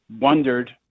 wondered